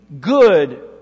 good